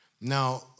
Now